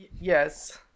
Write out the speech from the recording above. Yes